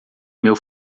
meu